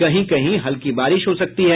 कहीं कहीं हल्की बारिश हो सकती है